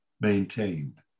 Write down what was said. maintained